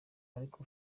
ariko